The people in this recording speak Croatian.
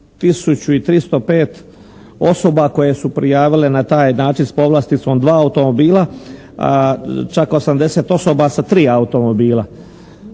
1305 osoba koje su prijavile na taj način sa povlasticom dva automobila. Čak 80 osoba sa tri automobila.